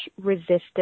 resistance